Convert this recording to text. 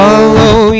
Follow